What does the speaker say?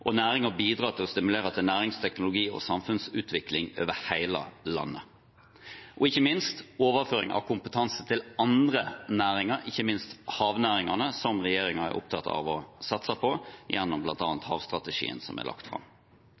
og næringen bidrar med å stimulere til næringsteknologi og samfunnsutvikling over hele landet – og ikke minst overføring av kompetanse til andre næringer, ikke minst havnæringene, som regjeringen er opptatt av å satse på, bl.a. gjennom havstrategien som er lagt fram.